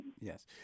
Yes